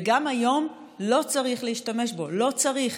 וגם היום לא צריך להשתמש בו, לא צריך.